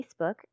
Facebook